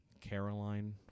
Caroline